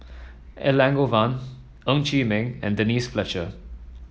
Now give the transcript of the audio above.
Elangovan Ng Chee Meng and Denise Fletcher